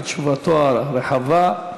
על תשובתו הרחבה.